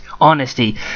honesty